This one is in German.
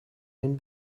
den